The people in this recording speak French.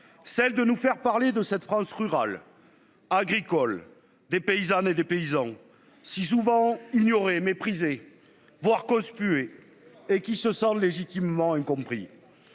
Celle de nous faire parler de cette France rurale. Agricole des paysannes et des paysans si souvent ignorés méprisés voire conspué et qui se sent légitimement incompris.